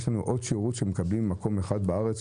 יש לנו עוד שירות שמקבלים במקום אחד בארץ,